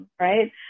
Right